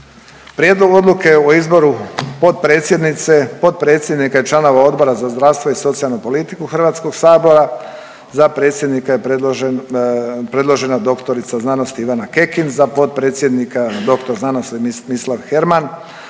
Prijedlog odluke o izboru potpredsjednice, potpredsjednika i članova Odbora za zdravstvo i socijalnu politiku HS-a, za predsjednika je predložen, predložena dr. sc. Ivana Kekin, za potpredsjednika dr. sc. Mislav Herman,